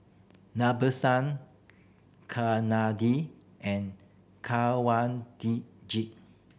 Nadesan and